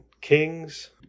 kings